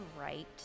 right